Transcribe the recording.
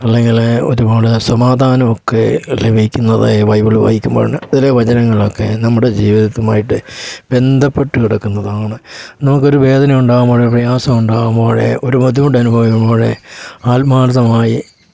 അല്ലെങ്കിൽ ഒരുപാട് സമാദാനമൊക്കെ ലഭിക്കുന്നത് ബൈബിൾ വായിക്കുമ്പോഴാണ് അതിലെ വചനങ്ങളൊക്കെ നമ്മുടെ ജീവിതവുമായിട്ട് ബന്ധപ്പെട്ട് കിടക്കുന്നതാണ് നമുക്ക് ഒരു വേദന ഉണ്ടാകുമ്പോൾ പ്രയാസമുണ്ടാകുമ്പോൾ ഒരു ബുന്ധിമുട്ട് അനുഭവിക്കുമ്പൊഴ് ആത്മാർത്ഥമായി